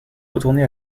retourné